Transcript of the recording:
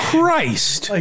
Christ